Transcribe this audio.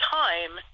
time